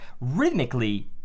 rhythmically